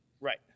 right